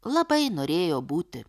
labai norėjo būti